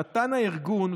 נתן הארגון,